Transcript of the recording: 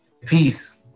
peace